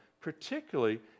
particularly